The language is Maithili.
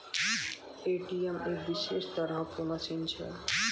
ए.टी.एम एक विशेष तरहो के मशीन छै